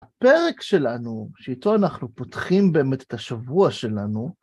הפרק שלנו, שאיתו אנחנו פותחים באמת את השבוע שלנו,